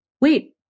wait